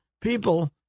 people